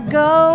go